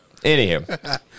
anywho